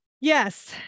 Yes